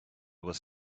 was